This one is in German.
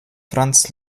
franz